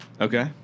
Okay